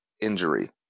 injury